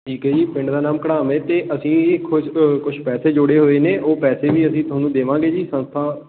ਠੀਕ ਹੈ ਜੀ ਪਿੰਡ ਦਾ ਨਾਮ ਘੜਾਵੇਂ ਅਤੇ ਅਸੀਂ ਕੁਛ ਕੁਛ ਪੈਸੇ ਜੋੜੇ ਹੋਏ ਨੇ ਉਹ ਪੈਸੇ ਵੀ ਅਸੀਂ ਤੁਹਾਨੂੰ ਦੇਵਾਂਗੇ ਜੀ ਸੰਸਥਾ